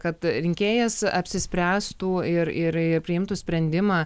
kad rinkėjas apsispręstų ir ir priimtų sprendimą